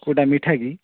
କୋଉଟା ମିଠା କି